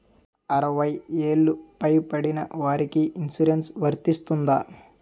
అరవై ఏళ్లు పై పడిన వారికి ఇన్సురెన్స్ వర్తిస్తుందా?